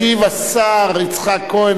ישיב השר יצחק כהן,